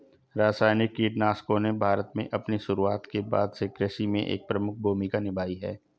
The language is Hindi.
रासायनिक कीटनाशकों ने भारत में अपनी शुरुआत के बाद से कृषि में एक प्रमुख भूमिका निभाई है